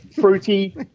fruity